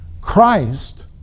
Christ